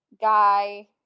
Guy